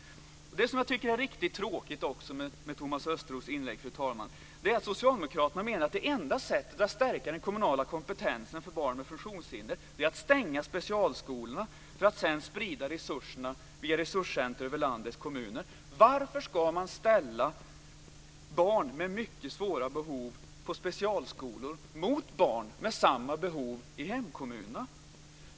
Det som jag tycker är riktigt tråkigt med Thomas Östros inlägg, fru talman, är att Socialdemokraterna menar att det enda sättet att stärka den kommunala kompetensen för barn med funktionshinder är att stänga specialskolorna för att sedan sprida resurserna via resurscenter över landets kommuner. Varför ska man ställa barn med mycket stora behov på specialskolor mot barn med samma behov i hemkommunerna?